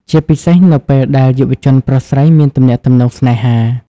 ជាពិសេសនៅពេលដែលយុវជនប្រុសស្រីមានទំនាក់ទំនងស្នេហា។